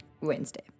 Wednesday